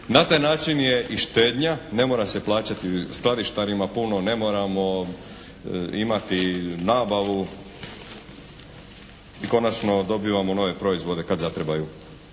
Na taj način je i štednja, ne mora se plaćati skladištarima puno. Ne moramo imati nabavu i konačno dobivamo nove proizvode kad zatrebaju.